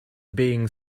being